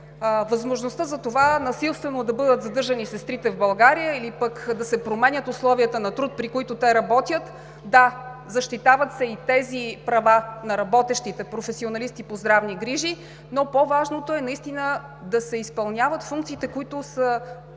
възможността за това насилствено да бъдат задържани сестрите в България или пък да се променят условията на труд, при които те работят. Да, защитават се и тези права на работещите професионалисти по здравни грижи, но по-важното е наистина да се изпълняват функциите, които са